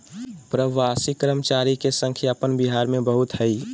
प्रवासी कर्मचारी के संख्या अपन बिहार में बहुत हइ